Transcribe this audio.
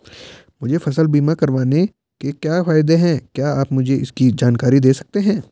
मुझे फसल बीमा करवाने के क्या फायदे हैं क्या आप मुझे इसकी जानकारी दें सकते हैं?